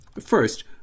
First